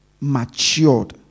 matured